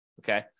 Okay